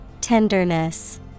Tenderness